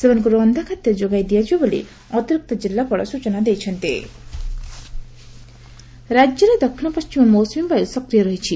ସେମାନଙ୍କ ରନ୍ଧା ଖାଦ୍ୟ ଯୋଗାଇ ଦିଆଯିବ ବୋଲି ଅତିରିକ୍ତ ଜିଲ୍ଲାପାଳ ସ୍ଚନା ଦେଇଛନ୍ତି ପାଣିପାଗ ରାଜ୍ୟରେ ଦକ୍ଷିଶ ପଣ୍କିମ ମୌସ୍ବମୀ ସକ୍ରିୟ ରହିଛି